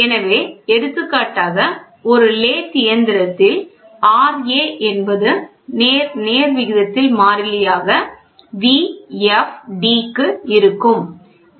எனவே எடுத்துக்காட்டாக ஒரு லேத் இயந்திரத்தில் Ra ∝ v f d ஆகும்